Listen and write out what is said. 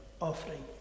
offering